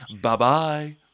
Bye-bye